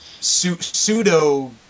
pseudo